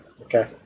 Okay